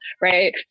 right